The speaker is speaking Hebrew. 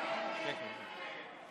(תיקון,